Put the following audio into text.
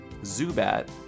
Zubat